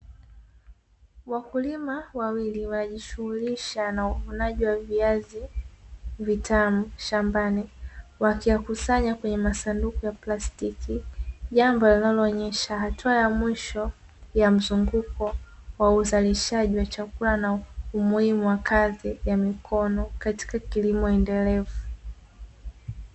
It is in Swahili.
Wakulima wawili wana jishughulisha na uvunaji wa viazi vitamu shambani, wakiyakusanya kwenye masanduku ya plastiki, jambo linaloonyesha hatua ya mwisho ya mzunguko wa uzalishaji wa chakula na umuhimu wa kazi ya mikono katika kilimo endelevu.